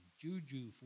Juju